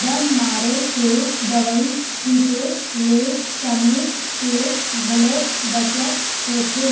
बन मारे के दवई छिते ले समे के घलोक बचत होथे